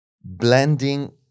blending